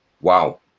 wow